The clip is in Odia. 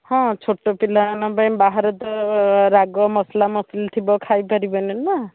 ହଁ ଛୋଟ ପିଲାମାନଙ୍କ ପାଇଁ ବାହାରେ ତ ରାଗ ମସଲାମସଲି ଥିବ ଖାଇ ପାରିବେନି ନା